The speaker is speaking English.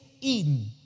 Eden